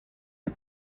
les